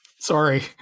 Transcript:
sorry